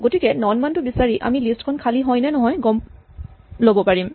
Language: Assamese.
গতিকে নন মানটো বিচাৰি আমি লিষ্ট খন খালী হয় নে নহয় গম ল'ব পাৰিম